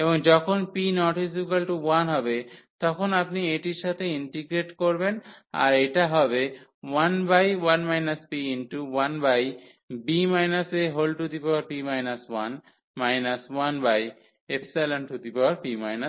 এবং যখন p ≠ 1 হবে তখন আপনি এটির সাথে ইন্টিগ্রেট করবেন আর এটা হবে 11 p1b ap 1 1p 1